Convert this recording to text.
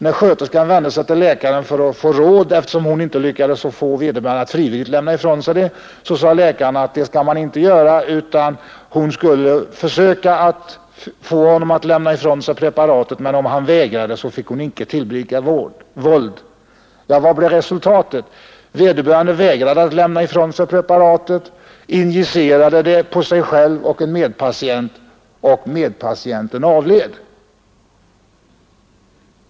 När sköterskan vände sig till läkaren för att få råd, eftersom hon inte lyckades förmå vederbörande att frivilligt lämna ifrån sig preparatet, sade läkaren att hon skulle försöka få honom att lämna ifrån sig preparatet, men om han vägrade så fick hon inte tillgripa våld. Vad blev resultatet? Vederbörande vägrade att lämna ifrån sig preparatet och injicerade det på sig själv och en medpatient, och medpatienten avled.